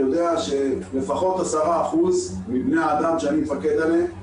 יודע שלפחות 10% מבני האדם שאני מפקד עליהם